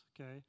Okay